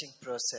process